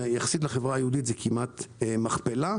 יחסית לחברה היהודית זה כמעט מכפלה,